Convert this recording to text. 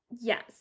Yes